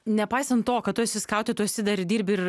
nepaisant to kad tu esi skautė tu esi dar dirbi ir